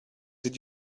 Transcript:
did